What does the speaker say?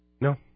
No